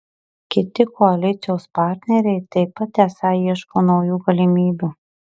kiti koalicijos partneriai taip pat esą ieško naujų galimybių